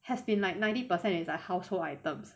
has been like ninety percent its like household items